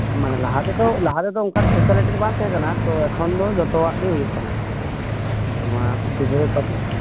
ᱢᱟᱱᱮ ᱞᱟᱦᱟ ᱛᱮᱫᱚ ᱞᱟᱦᱟ ᱛᱮᱫᱚ ᱚᱱᱠᱟᱱ ᱯᱷᱮᱥᱮᱞᱤᱴᱤ ᱫᱚ ᱵᱟᱝ ᱛᱟᱦᱮᱸ ᱠᱟᱱᱟ ᱛᱚ ᱮᱠᱷᱚᱱ ᱫᱚ ᱡᱚᱛᱚᱣᱟᱜ ᱜᱮ ᱦᱩᱭᱩᱜ ᱠᱟᱱᱟ ᱱᱚᱣᱟ ᱜᱤᱫᱽᱨᱟᱹ ᱠᱟᱴᱤᱡ